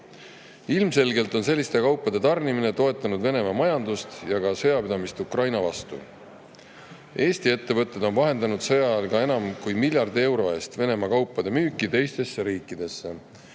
Ilmselgelt on selliste kaupade tarnimine toetanud Venemaa majandust ja ka sõjapidamist Ukraina vastu. Eesti ettevõtted on vahendanud sõja ajal ka enam kui miljardi euro eest Venemaa kaupade müüki teistesse riikidesse.